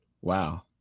Wow